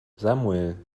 samuel